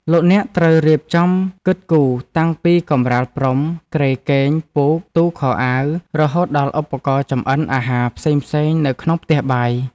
លោកអ្នកត្រូវរៀបចំគិតគូរតាំងពីកម្រាលព្រំគ្រែគេងពូកទូខោអាវរហូតដល់ឧបករណ៍ចម្អិនអាហារផ្សេងៗនៅក្នុងផ្ទះបាយ។